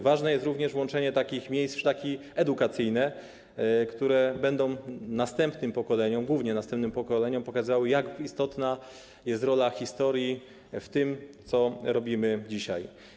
Ważne jest również łączenie takich miejsc w szlaki edukacyjne, które będą następnym pokoleniom, głównie następnym pokoleniom, pokazywały, jak istotna jest rola historii w tym, co robimy dzisiaj.